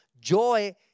Joy